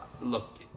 look